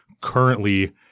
currently